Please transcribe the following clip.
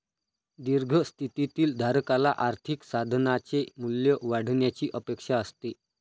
दीर्घ स्थितीतील धारकाला आर्थिक साधनाचे मूल्य वाढण्याची अपेक्षा असते